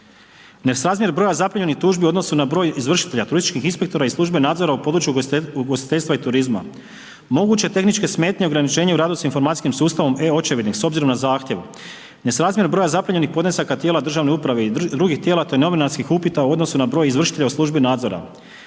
ne srazmjer broja zaprimljenih tužbi u odnosu na broj izvršitelja turističkih inspektora iz službe nadzora u području ugostiteljstva i turizma, moguće tehničke smetnje ograničenje u radu s informacijskim sustavom e-očevidnik s obzirom na zahtjev, ne srazmjer broja zaprimljenih podnesaka tijela državne uprave i drugih tijela te novinarskih upita u odnosu na broj izvršitelja u službi nadzora,